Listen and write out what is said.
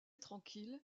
tranquille